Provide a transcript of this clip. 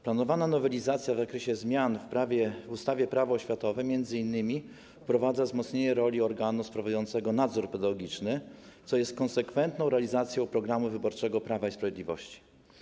Planowana nowelizacja w zakresie zmian w ustawie - Prawo oświatowe m.in. wprowadza wzmocnienie roli organu sprawującego nadzór pedagogiczny, co jest konsekwentną realizacją programu wyborczego Prawa i Sprawiedliwości.